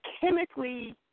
chemically